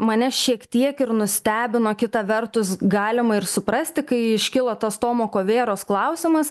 mane šiek tiek ir nustebino kita vertus galima ir suprasti kai iškilo tas tomo kovėros klausimas